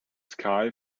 sky